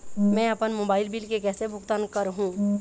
मैं अपन mobile bill के कैसे भुगतान कर हूं?